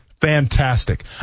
Fantastic